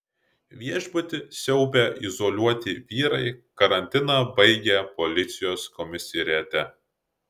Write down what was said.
viešbutį siaubę izoliuoti vyrai karantiną baigė policijos komisariate